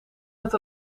het